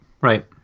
Right